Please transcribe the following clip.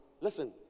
listen